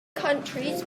countries